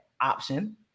option